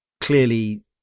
clearly